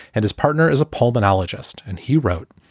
and his partner is a pulmonologist. and he wrote,